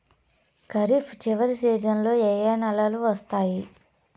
ఖరీఫ్ చివరి సీజన్లలో ఏ ఏ నెలలు వస్తాయి